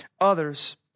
others